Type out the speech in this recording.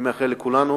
אני מאחל לכולנו